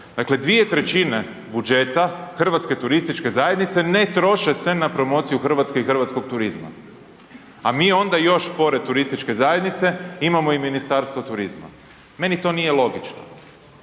Dakle 2/3 budžeta HTZ-a ne troše se na promociju Hrvatske i hrvatskog turizma. A mi onda još pored turističke zajednice imamo i Ministarstvo turizma. Meni to nije logično.